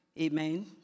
Amen